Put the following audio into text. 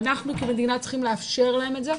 אנחנו כמדינה צריכים לאפשר להם את זה,